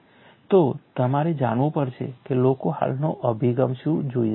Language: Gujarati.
તો તમારે જાણવું પડશે કે લોકો હાલનો અભિગમ શું જોઈ રહ્યા છે